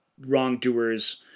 wrongdoers